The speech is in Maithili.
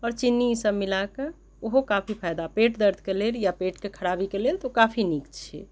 आओर चिन्नी इसभ मिलाके ओहो काफी फायदा पेट दर्दके लेल या पेटके खराबीके लेल तऽ ओ काफी नीक छै